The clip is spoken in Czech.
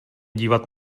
dívat